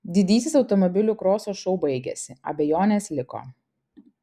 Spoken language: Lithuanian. didysis automobilių kroso šou baigėsi abejonės liko